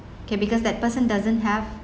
can because that person doesn't have